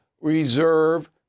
reserve